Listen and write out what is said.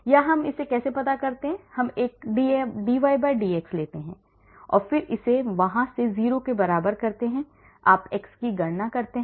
या हम इसे कैसे करते हैं हम एक dydx लेते हैं और फिर इसे वहां से 0 के बराबर करते हैंआप x की गणना करते हैं